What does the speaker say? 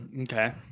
Okay